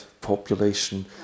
population